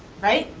right?